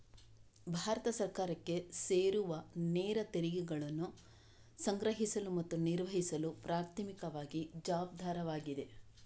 ಭಾರತ ಸರ್ಕಾರಕ್ಕೆ ಸೇರುವನೇರ ತೆರಿಗೆಗಳನ್ನು ಸಂಗ್ರಹಿಸಲು ಮತ್ತು ನಿರ್ವಹಿಸಲು ಪ್ರಾಥಮಿಕವಾಗಿ ಜವಾಬ್ದಾರವಾಗಿದೆ